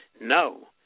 No